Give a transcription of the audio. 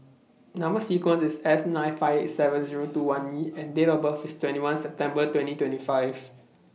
Number sequence IS S nine five seven Zero two one E and Date of birth IS twenty one September twenty twenty five